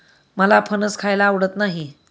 मला फणस खायला आवडत नाही